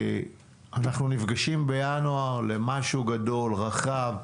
אנחנו נפגשים בינואר למשהו גדול, רחב.